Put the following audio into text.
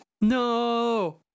No